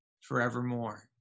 forevermore